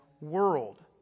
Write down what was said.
world